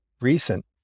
recent